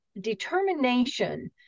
determination